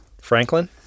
Franklin